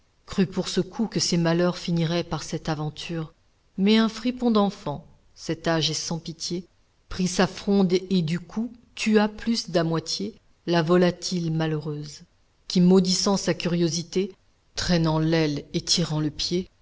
pour ce coup que ses malheurs finiraient par cette aventure mais un fripon d'enfant cet âge est sans pitié prit sa fronde et du coup tua plus d'à moitié la volatile malheureuse qui maudissant sa curiosité traînant l'aile et tirant le pied